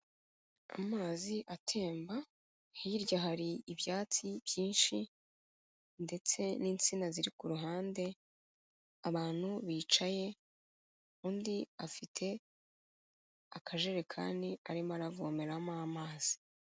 Amazi atemba hirya hari ibyatsi byinshi ndetse n'insina ziri ku ruhande, abantu bicaye undi afite akajerekani arimo aravomeramo amazi.